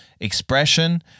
expression